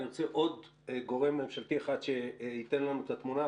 אני רוצה עוד גורם ממשלתי אחד שייתן לנו את התמונה,